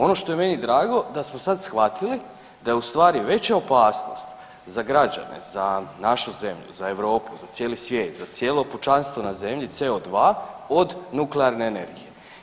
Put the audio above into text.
Ono što je meni drago da smo sad shvatili da je ustvari veća opasnost za građane, za našu zemlju, za Europu, za cijeli svijet, za cijelo pučanstvo na Zemlji CO2 od nuklearne energije.